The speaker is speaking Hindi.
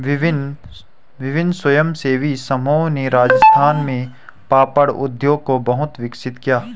विभिन्न स्वयंसेवी समूहों ने राजस्थान में पापड़ उद्योग को बहुत विकसित किया